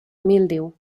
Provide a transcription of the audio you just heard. míldiu